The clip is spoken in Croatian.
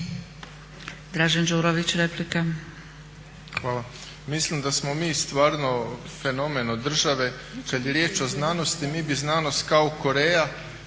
Dražen (HDSSB)** Hvala. Mislim da smo mi stvarno fenomen od države, kad je riječ o znanosti mi bi znanost kao Koreja,